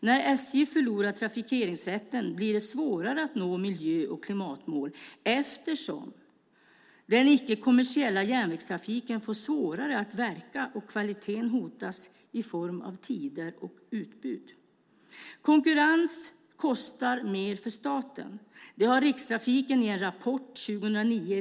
När SJ förlorat trafikeringsrätten blir det svårare att nå miljö och klimatmål, eftersom den icke-kommersiella järnvägstrafiken får svårare att verka och kvaliteten hotas i form av tider och utbud. Konkurrens kostar mer för staten. Det har Rikstrafiken visat i en rapport från 2009.